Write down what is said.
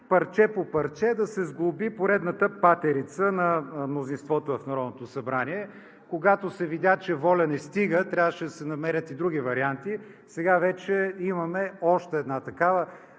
парче по парче да се сглоби поредната патерица на мнозинството в Народното събрание. Когато се видя, че ВОЛЯ не стига, трябваше да се намерят и други варианти. Сега вече имаме още една такава.